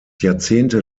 jahrzehnte